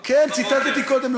כן, ציטטתי קודם.